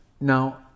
Now